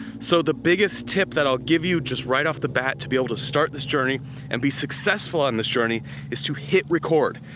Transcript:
so the biggest tip that i'll give you just right off the bat to be able to start this journey and be successful on this journey is to hit record,